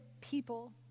people